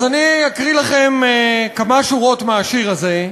אז אני אקריא לכם כמה שורות מהשיר הזה.